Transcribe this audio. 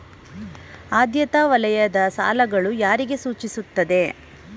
ಆದ್ಯತಾ ವಲಯದ ಸಾಲಗಳು ಯಾರಿಗೆ ಸೂಚಿಸುತ್ತವೆ?